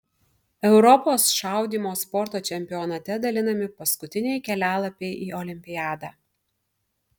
europos šaudymo sporto čempionate dalinami paskutiniai kelialapiai į olimpiadą